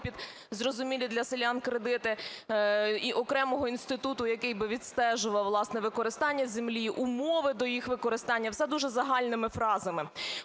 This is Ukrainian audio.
під зрозумілі для селян кредити і окремого інституту, який би відстежував, власне, використання землі, умови до їх використання, все дуже загальними фразами.